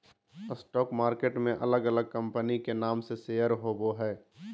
stock market में अलग अलग कंपनी के नाम से शेयर होबो हइ